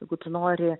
jeigu tu nori